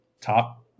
top